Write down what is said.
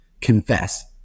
confess